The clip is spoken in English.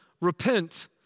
repent